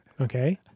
okay